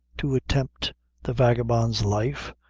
to attempt the vagabond's life?